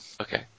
Okay